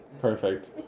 Perfect